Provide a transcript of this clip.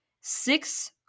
six